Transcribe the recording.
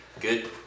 good